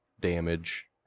damage